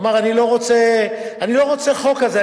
הוא אמר: אני לא רוצה חוק כזה,